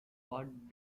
what